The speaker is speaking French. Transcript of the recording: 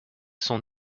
son